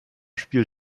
spiel